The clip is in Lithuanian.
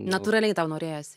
natūraliai tau norėjosi